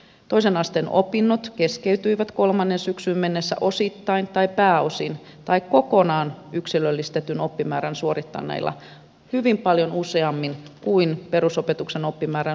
toisen asteen opinnot keskeytyivät kolmanteen syksyyn mennessä osittain tai pääosin tai kokonaan yksilöllistetyn oppimäärän suorittaneilla hyvin paljon useammin kuin perusopetuksen oppimäärän suorittaneilla opiskelijoilla